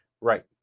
Right